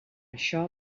això